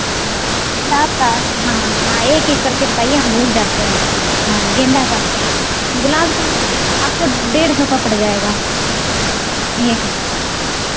पाँच पाँच हाँ हाँ एक एक करके बताइए हम भूल जाते हैं हाँ गेंदा का ग़ुलाब का आपको डेढ़ सौ का पड़ जाएगा एक